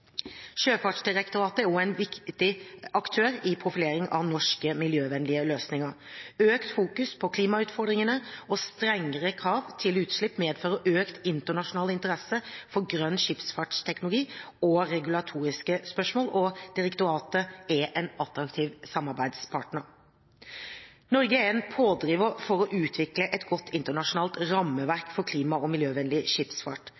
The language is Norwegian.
Sjøfartsdirektoratet er også en viktig aktør i profileringen av norske miljøvennlige løsninger. Økt fokusering på klimautfordringene og strengere krav til utslipp medfører økt internasjonal interesse for grønn skipsfartsteknologi og regulatoriske spørsmål, og direktoratet er en attraktiv samarbeidspartner. Norge er en pådriver for å utvikle et godt internasjonalt rammeverk for klima- og miljøvennlig skipsfart.